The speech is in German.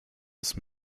ist